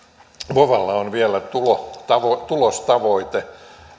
vovalla on vielä tulostavoite